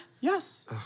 Yes